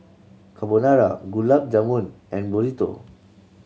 Carbonara Gulab Jamun and Burrito